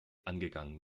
angegangen